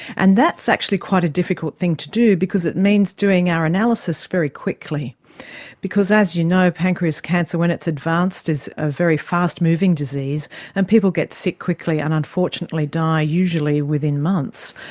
and that's actually quite a difficult thing to do because it means doing our analysis very quickly because, as you know, pancreas cancer, when it's advanced, is a very fast moving disease and people get sick quickly and unfortunately die usually within months.